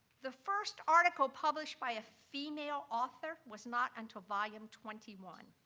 the first article published by a female author was not until volume twenty one.